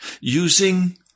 Using